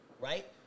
right